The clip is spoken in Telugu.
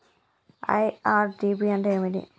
ఐ.ఆర్.డి.పి అంటే ఏమిటి?